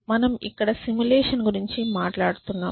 మనం ఇక్కడ సిములేషన్ గురించి మాట్లాడుతున్నాము